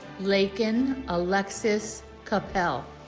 laykin alexis capel